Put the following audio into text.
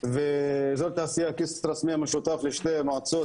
ואזור תעשייה כסרא סמיע שותף לשתי מועצות,